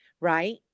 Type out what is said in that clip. right